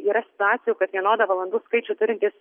yra situacijų kad vienodą valandų skaičių turintys